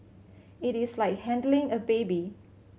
it is like handling a baby